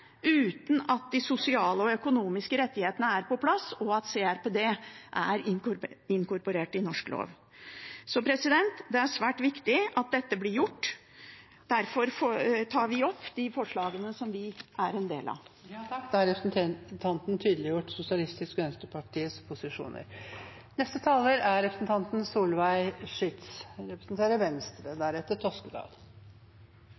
uten at de sosiale og økonomiske rettighetene er på plass, og at CRPD er inkorporert i norsk lov. Det er svært viktig at dette blir gjort. Derfor tar jeg opp forslagene fra SV. Representanten Karin Andersen har tatt opp de forslagene